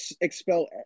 expel